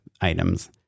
items